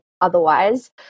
otherwise